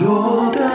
Lord